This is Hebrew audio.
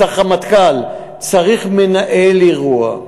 צריך רמטכ"ל, צריך מנהל אירוע.